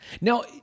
Now